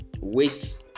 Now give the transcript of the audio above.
wait